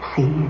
See